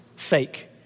fake